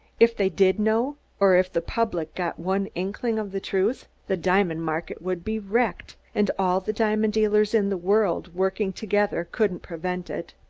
if they did know, or if the public got one inkling of the truth, the diamond market would be wrecked, and all the diamond dealers in the world working together couldn't prevent it.